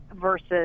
versus